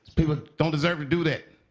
people don't deserve to do that.